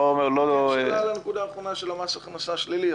אני שואל על הנקודה האחרונה של מס הכנסה שלילי.